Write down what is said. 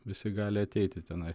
visi gali ateiti tenai